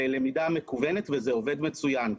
ללמידה מקוונת וזה עובד מצוין.